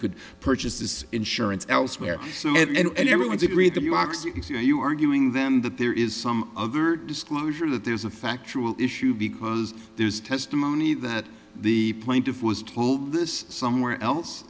could purchase this insurance elsewhere and everyone's agreed that you x if you arguing them that there is some other disclosure that there's a factual issue because there's testimony that the plaintiff was told this somewhere else